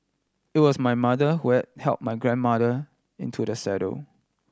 it was my mother who had help my grandmother into the saddle